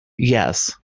yes